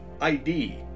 ID